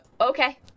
okay